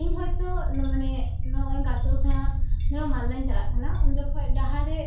ᱤᱧ ᱦᱚᱭᱛᱳ ᱱᱚᱜᱼᱚᱸᱭ ᱜᱟᱡᱚᱞ ᱠᱷᱚᱱᱟᱜ ᱱᱚᱣᱟ ᱢᱟᱞᱫᱟᱧ ᱪᱟᱞᱟᱜ ᱠᱟᱱᱟ ᱩᱱ ᱡᱚᱠᱷᱚᱡ ᱰᱟᱦᱟᱨ ᱨᱮ